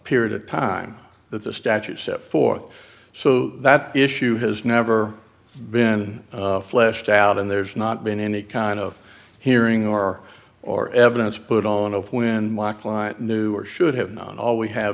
period of time that the statute set forth so that issue has never been fleshed out and there's not been any kind of hearing or or evidence put on of when my client knew or should have known all we have